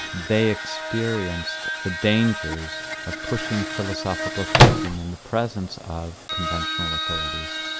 they experienced the dangers of pushing philosophical thinking in the presence of conventional authorities.